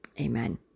Amen